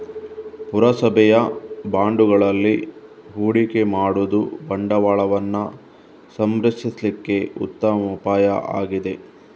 ಪುರಸಭೆಯ ಬಾಂಡುಗಳಲ್ಲಿ ಹೂಡಿಕೆ ಮಾಡುದು ಬಂಡವಾಳವನ್ನ ಸಂರಕ್ಷಿಸ್ಲಿಕ್ಕೆ ಉತ್ತಮ ಉಪಾಯ ಆಗಿದೆ